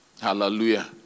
Hallelujah